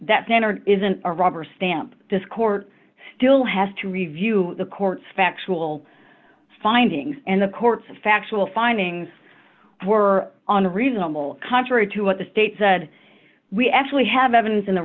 banner isn't a rubber stamp this court still has to review the court's factual findings and the court's factual findings were on reasonable contrary to what the state said we actually have evidence in the